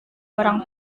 orang